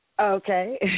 Okay